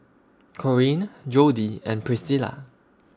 Corene Jodie and Priscila